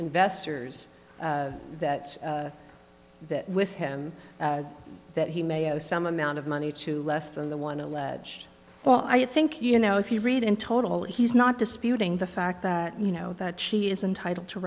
investors that that with him that he may owe some amount of money to less than the one alleged well i think you know if you read in total he's not disputing the fact that you know that she is entitle to